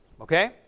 okay